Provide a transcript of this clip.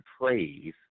praise